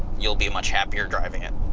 you'll be much happier driving it.